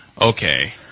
Okay